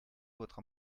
votre